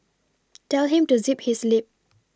tell him to zip his lip